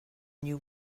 new